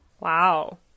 Wow